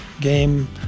game